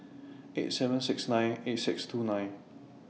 eight seven six nine eight six two nine